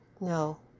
No